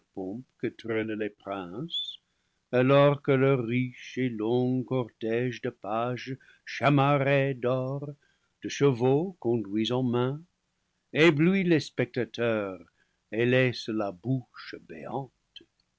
que traînent les princes alors que leur riche et long cortége de pages chamarrés d'or de chevaux conduits en main éblouit les spectateurs et laisse la bouche béante